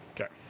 okay